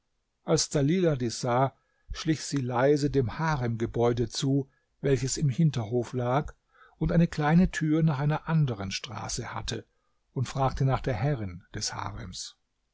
als dalilah dies sah schlich sie leise dem haremgebäude zu welches im hinterhof lag und eine kleine tür nach einer anderen straße hatte und fragte nach der herrin des harems